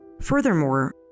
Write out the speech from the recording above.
Furthermore